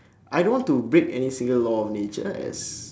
I don't want to break any single law of nature as